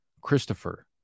Christopher